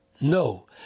No